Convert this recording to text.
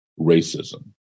racism